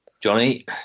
Johnny